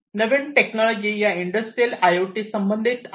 नवीन technology याइंडस्ट्रियल I O T संबंधित आहेत